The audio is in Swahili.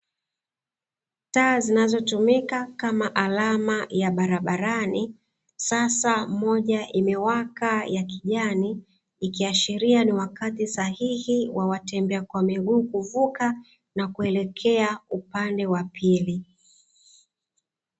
Taa zinazotumika kama alama ya barabarani, sasa moja imewaka ya kijani, ikiashiria ni wakati sahihi wa watembea kwa miguu kuvuka na kuelekea upande wa pili.